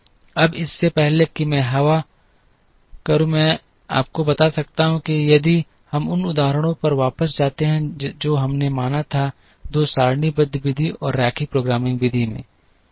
अब इससे पहले कि मैं हवा करूं मैं आपको बता सकता हूं कि यदि हम उन उदाहरणों पर वापस जाते हैं जो हमने माना था दोनों सारणीबद्ध विधि और रैखिक प्रोग्रामिंग विधि में